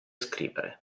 scrivere